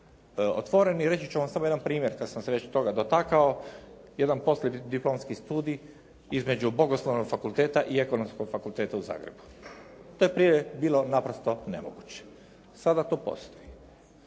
otvoreni. Reći ću vam samo jedan primjer kada sam se već toga dotakao, jedan poslijediplomski studij između Bogoslovnog fakulteta i ekonomskog fakulteta u Zagrebu. To je prije bilo naprosto nemoguće, sada to postoji.